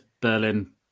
Berlin